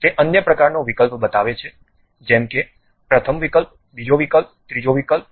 તે અન્ય પ્રકારનો વિકલ્પ બતાવે છે જેમ કે પ્રથમ વિકલ્પ બીજો વિકલ્પ ત્રીજો વિકલ્પ